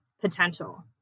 potential